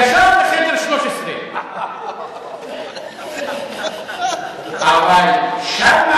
ישר לחדר 13. אבל שאמה-הכהן?